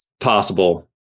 possible